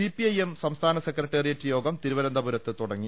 CPIM സംസ്ഥാന secretariat യോഗം തിരുവനന്തപുരത്ത് തുടങ്ങി